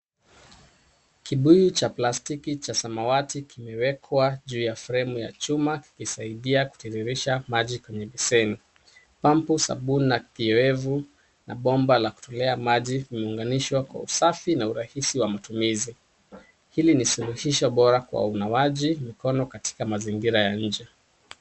Kibuyu cha plastiki cha samawati kimewekwa juu ya fremu ya machumba kikisaidia kutiririsha maji kwenye beseni. Pampu zabu na kiowevu kina bomba la kutokea maji na kuunganishwa kwa usafi na urahisi wa matumizi. Hili ni suluhisho bora kwa unawaji mkono katika mazingira ya nje.